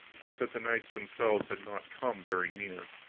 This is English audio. but that the knights themselves had not come very near.